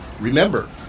Remember